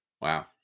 wow